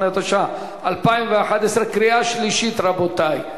48), התשע"א 2011, קריאה שלישית, רבותי.